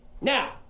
Now